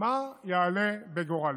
מה יעלה בגורלם.